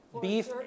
beef